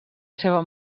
seva